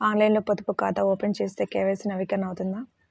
ఆన్లైన్లో పొదుపు ఖాతా ఓపెన్ చేస్తే కే.వై.సి నవీకరణ అవుతుందా?